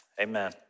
amen